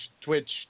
Twitch